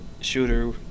shooter